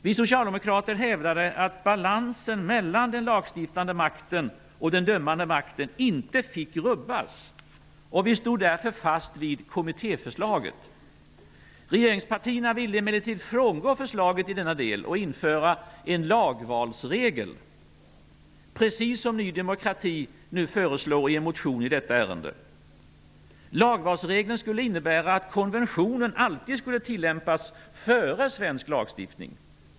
Vi socialdemokrater hävdade att balansen mellan den lagstiftande makten och den dömande makten inte fick rubbas, och vi stod därför fast vid kommittéförslaget. Regeringspartierna ville emellertid frångå förslaget i denna del och införa en lagvalsregel precis som Ny demokrati nu föreslår i en motion i detta ärende. Lagvalsregeln skulle innebära att konventionen alltid skulle tillämpas före svensk lagstiftning.